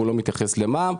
והוא לא מתייחס למע"מ.